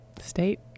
state